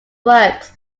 works